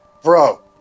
Bro